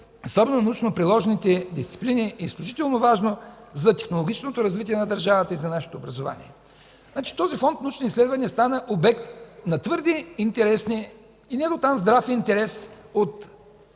особено научно-приложните дисциплини, е изключително важно за технологичното развитие на държавата и за нашето образование. Този фонд „Научни изследвания” стана обект на твърде интересни и не дотам здрави интереси от